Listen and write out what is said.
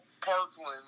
Parkland